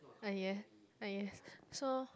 uh yeah uh yes so